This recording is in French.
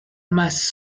masse